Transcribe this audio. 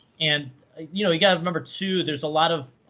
and you know you've got to remember too there's a lot of